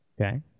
Okay